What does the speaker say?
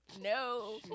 no